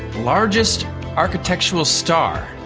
largest architectural star,